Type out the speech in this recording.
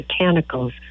Botanicals